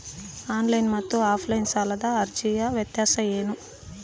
Online ಮತ್ತು offline ಸಾಲದ ಅರ್ಜಿಯ ವ್ಯತ್ಯಾಸ ಏನು?